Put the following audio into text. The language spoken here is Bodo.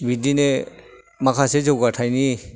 बिदिनो माखासे जौगाथाइनि